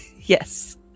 Yes